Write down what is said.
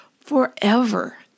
forever